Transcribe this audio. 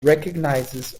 recognizes